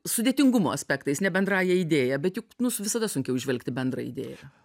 sudėtingumo aspektais ne bendrąja idėja bet juk nus visada sunkiau įžvelgti bendrą idėją